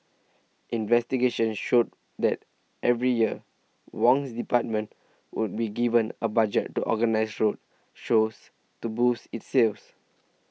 investigation showed that every year Wong's department would be given a budget to organise road shows to boost its sales